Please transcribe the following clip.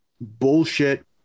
bullshit